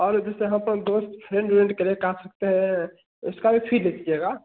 और जैसे यहाँ पर दोस्त फ्रेंड उरेंड के लेकर आ सकते हैं उसका भी फी लीजिएगा